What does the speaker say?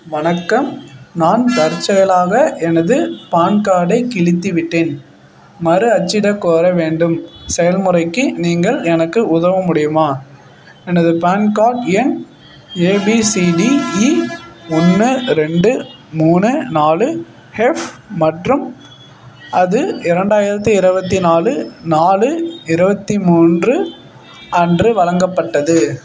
வணக்கம் நான் தற்செயலாக எனது பான்கார்டை கிழித்து விட்டேன் மறு அச்சிடக் கோர வேண்டும் செயல்முறைக்கு நீங்கள் எனக்கு உதவ முடியுமா எனது பான்கார்ட் எண் A B C D E ஒன்று ரெண்டு மூணு நாலு ஹெஃப் மற்றும் அது இரண்டாயிரத்தி இருபத்தி நாலு நாலு இருபத்தி மூன்று அன்று வழங்கப்பட்டது